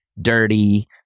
Dirty